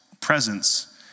presence